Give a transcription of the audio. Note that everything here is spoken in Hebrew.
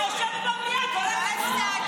אני יושבת במליאה, עם כל הכבוד.